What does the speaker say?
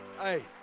Hey